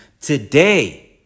today